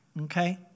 Okay